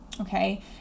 okay